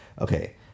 Okay